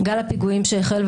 גל הפיגועים שהחל,